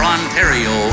Ontario